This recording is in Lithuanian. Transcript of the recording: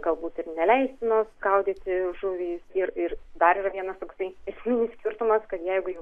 galbūt ir neleistinos gaudyti žuvį ir ir dar yra vienas toksai esminis skirtumas kad jeigu jau